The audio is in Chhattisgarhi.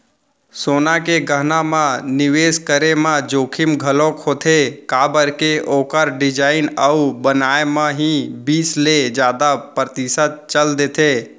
सोना के गहना म निवेस करे म जोखिम घलोक होथे काबर के ओखर डिजाइन अउ बनाए म ही बीस ले जादा परतिसत चल देथे